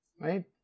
Right